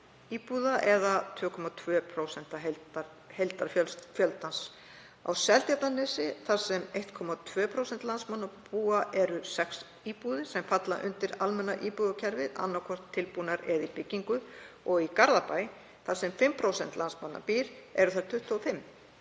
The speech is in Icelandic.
íbúða, eða 2,2% heildarfjöldans. Á Seltjarnarnesi, þar sem 1,2% landsmanna búa, eru sex íbúðir sem falla undir almenna íbúðakerfið annaðhvort tilbúnar eða í byggingu og í Garðabæ, þar sem 5% landsmanna býr, eru þær 25,